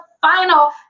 final